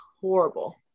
horrible